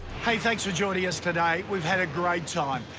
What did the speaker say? hey, thanks for joining us today, we've had a great time.